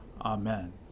Amen